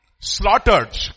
slaughtered